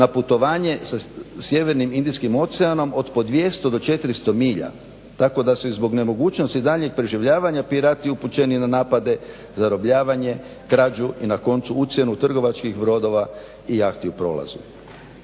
na putovanje sjevernim Indijskim oceanom od po 200 do 400 milja. Tako da se zbog nemogućnosti daljnjeg preživljavanja pirati upućeni na napade, zarobljavanje, krađu i na koncu ucjenu trgovačkih brodova i jahti u prolazu.